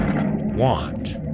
want